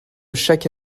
chaque